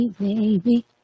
baby